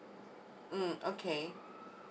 mm okay